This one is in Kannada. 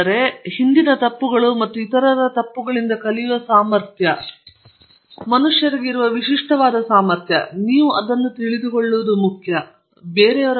ನಂತರ ಹಿಂದಿನ ತಪ್ಪುಗಳು ಮತ್ತು ಇತರರ ತಪ್ಪುಗಳಿಂದ ಕಲಿಯುವ ಸಾಮರ್ಥ್ಯ ಇದು ಮನುಷ್ಯರಿಗೆ ಇರುವ ವಿಶಿಷ್ಟವಾದ ಸಾಮರ್ಥ್ಯ ಮತ್ತು ನೀವು ಅದನ್ನು ತಿಳಿದುಕೊಳ್ಳುವುದು ಮುಖ್ಯ ಎಂದು ನಾನು ಭಾವಿಸುತ್ತೇನೆ